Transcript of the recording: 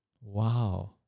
Wow